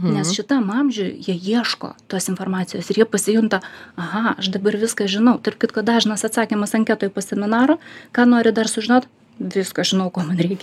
nes šitam amžiui jie ieško tos informacijos ir jie pasijunta aha aš dabar viską žinau tarp kitko dažnas atsakymas anketoj po seminaro ką nori dar sužinot viską žinau ko man reikia